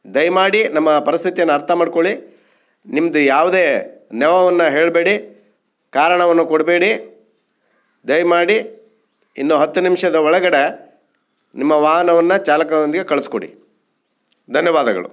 ದಯಮಾಡಿ ನಮ್ಮ ಪರಿಸ್ಥಿತಿಯನ್ನ ಅರ್ಥ ಮಾಡ್ಕೊಳ್ಳಿ ನಿಮ್ದು ಯಾವುದೇ ನೆವವನ್ನು ಹೇಳಬೇಡಿ ಕಾರಣವನ್ನು ಕೊಡಬೇಡಿ ದಯಮಾಡಿ ಇನ್ನು ಹತ್ತು ನಿಮಿಷದ ಒಳಗಡೆ ನಿಮ್ಮ ವಾಹನವನ್ನು ಚಾಲಕನೊಂದಿಗೆ ಕಳಿಸ್ಕೊಡಿ ಧನ್ಯವಾದಗಳು